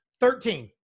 Thirteen